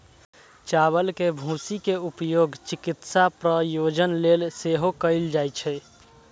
चावल के भूसी के उपयोग चिकित्सा प्रयोजन लेल सेहो कैल जाइ छै